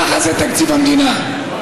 ככה זה תקציב המדינה.